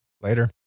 Later